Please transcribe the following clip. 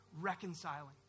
reconciling